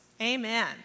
Amen